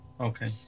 Okay